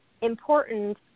important